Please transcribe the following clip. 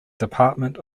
department